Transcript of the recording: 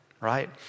right